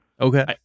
Okay